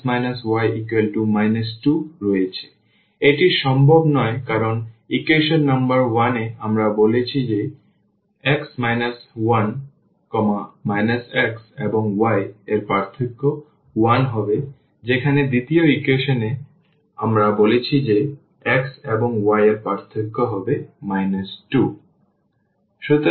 সুতরাং এটি সম্ভব নয় কারণ ইকুয়েশন নম্বর 1 এ আমরা বলছি যে x 1 x এবং y এর পার্থক্য 1 হবে যেখানে দ্বিতীয় ইকুয়েশন এর আমরা বলছি যে x এবং y এর পার্থক্য হবে 2